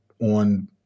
On